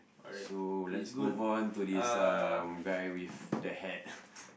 so let's move on to this um guy with the hat